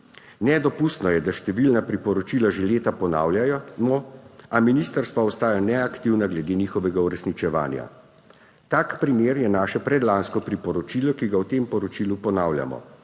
Nedopustno je, da številna priporočila že leta ponavljamo, a ministrstva ostajajo neaktivna glede njihovega uresničevanja. Tak primer je naše predlansko priporočilo, ki ga v tem poročilu ponavljamo